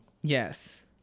Yes